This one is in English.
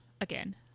again